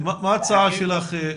מה ההצעה שלך?